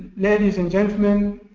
ladies and gentleman,